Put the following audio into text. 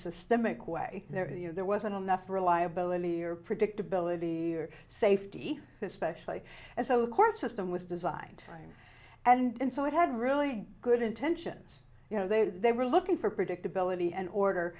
systemic way there are you know there wasn't enough reliability or predictability or safety especially and so a court system was designed and so it had really good intentions you know they were looking for predictability and order